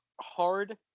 hard